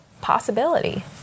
possibility